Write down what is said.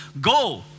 go